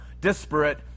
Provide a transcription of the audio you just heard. disparate